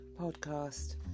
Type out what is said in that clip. podcast